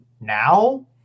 Now